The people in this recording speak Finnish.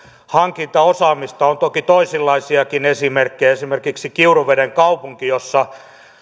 hankintaosaamista on toki toisenlaisiakin esimerkkejä esimerkiksi kiuruveden kaupunki jossa